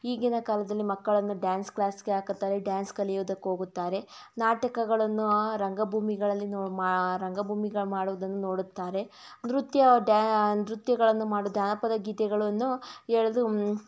ಈಗಿನ ಕಾಲದಲ್ಲಿ ಮಕ್ಕಳನ್ನು ಡ್ಯಾನ್ಸ್ ಕ್ಲಾಸ್ಗೆ ಹಾಕುತ್ತಾರೆ ಡ್ಯಾನ್ಸ್ ಕಲಿಯೋದಕ್ಕೆ ಹೋಗುತ್ತಾರೆ ನಾಟಕಗಳನ್ನು ಆ ರಂಗಭೂಮಿಗಳಲ್ಲಿ ನೊ ಮಾ ರಂಗಭೂಮಿ ಮಾಡುವುದನ್ನು ನೋಡುತ್ತಾರೆ ನೃತ್ಯ ಡ್ಯಾನ್ ನೃತ್ಯಗಳನ್ನು ಮಾಡುವ ಜನಪದ ಗೀತೆಗಳನ್ನು ಹೇಳಲು